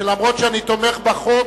שאומנם אני תומך בחוק,